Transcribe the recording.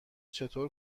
چطور